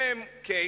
הנה הם כאינם,